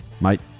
mate